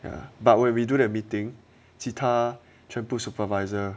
ya but when we do that meeting 其他全部 supervisor